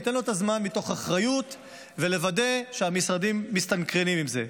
ניתן לו את הזמן מתוך אחריות ונוודא שהמשרדים מסתנכרנים עם זה.